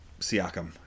Siakam